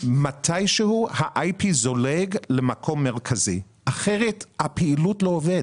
מתי שהוא ה-IP זולג למקום מרכזי כי אחרת הפעילות לא מתבצעת.